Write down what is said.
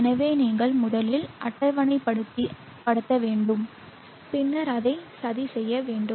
எனவே நீங்கள் முதலில் அட்டவணைப்படுத்த வேண்டும் பின்னர் அதை சதி செய்ய வேண்டும்